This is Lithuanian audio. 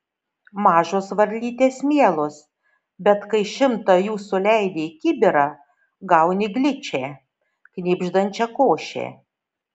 mažos varlytės mielos bet kai šimtą jų suleidi į kibirą gauni gličią knibždančią košę